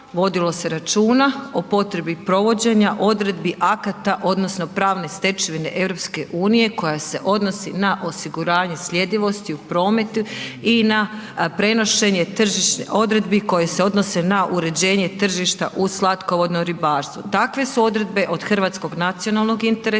vodilo se računa o potrebi provođenja odredbi akata odnosno pravne stečevine EU koja se odnosi na osiguranje sljedivosti u prometu i na prenošenje tržišnih odredbi koje se odnose na uređenje tržišta u slatkovodno ribarstvo. Takve su odredbe od hrvatskog nacionalnog interesa